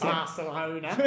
Barcelona